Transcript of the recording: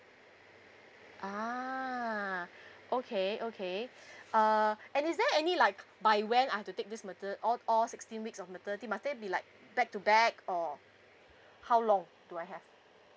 ah okay okay uh and is there any like by when I have to take this mater~ all all sixteen weeks of maternity must they be like back to back or how long do I have